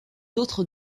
autres